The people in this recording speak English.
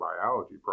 biology